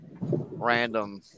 random